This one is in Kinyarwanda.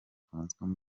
francois